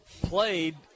Played